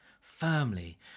firmly